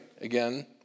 Again